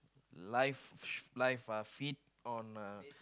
live live uh feed on uh